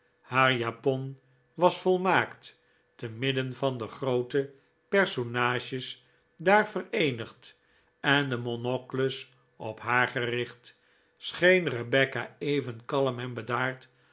haar japon was volmaakt te midden van de groote personages daar vereenigd en de monocles op haar gericht scheen rebecca even kalm en bedaard